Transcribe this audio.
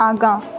आगाँ